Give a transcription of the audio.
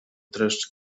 dreszcz